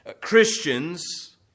Christians